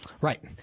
Right